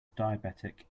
diabetic